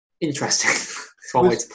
interesting